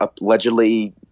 allegedly